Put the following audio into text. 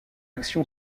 action